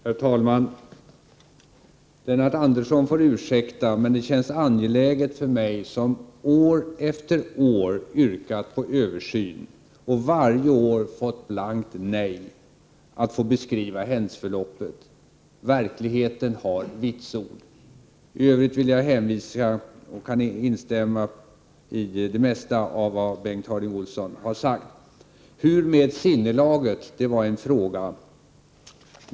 Herr talman! Lennart Andersson får ursäkta, men det känns angeläget för mig, som år efter år har yrkat på en översyn och varje år fått blankt nej, att få beskriva händelseförloppet. Verkligheten har vitsord. I övrigt vill jag instämma i det mesta av vad Bengt Harding Olson har sagt. Hur är det med sinnelaget? Det var en fråga.